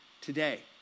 today